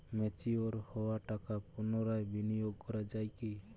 Mature হওয়া টাকা পুনরায় বিনিয়োগ করা য়ায় কি?